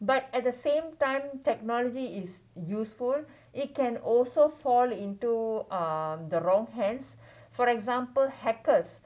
but at the same time technology is useful it can also fall into uh the wrong hands for example hackers